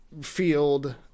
field